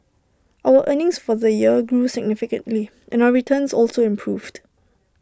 our earnings for the year grew significantly and our returns also improved